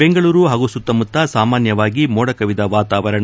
ಬೆಂಗಳೂರು ಸುತ್ತಮುತ್ತ ಸಾಮಾನ್ಭವಾಗಿ ಮೋಡಕವಿದ ವಾತಾವರಣ